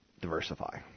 diversify